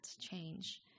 change